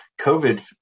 COVID